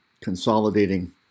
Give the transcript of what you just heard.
consolidating